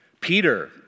Peter